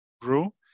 grew